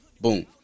Boom